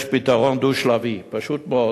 יש פתרון דו-שלבי, פשוט מאוד.